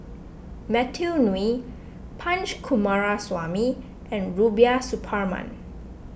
Matthew Ngui Punch Coomaraswamy and Rubiah Suparman